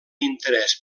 interès